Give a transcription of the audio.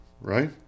right